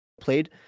played